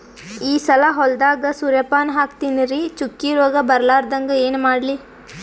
ಈ ಸಲ ಹೊಲದಾಗ ಸೂರ್ಯಪಾನ ಹಾಕತಿನರಿ, ಚುಕ್ಕಿ ರೋಗ ಬರಲಾರದಂಗ ಏನ ಮಾಡ್ಲಿ?